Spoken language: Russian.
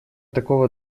такого